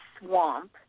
swamp